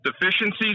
deficiencies